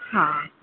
हां